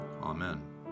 Amen